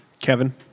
Kevin